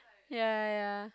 ya ya ya